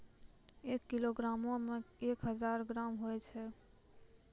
एक किलोग्रामो मे एक हजार ग्राम होय छै